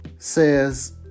says